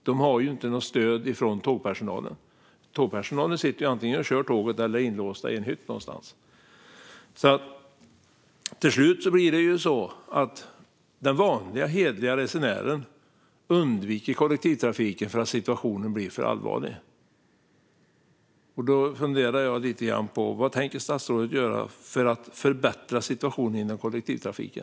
De har inget stöd från tågpersonalen, som antingen sitter och kör tåget eller är inlåst i en hytt någonstans. Till slut blir det alltså så att den vanliga, hederliga resenären undviker kollektivtrafiken för att situationen blir för allvarlig. Jag funderar lite på vad statsrådet tänker göra för att förbättra situationen inom kollektivtrafiken.